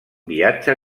viatge